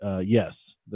Yes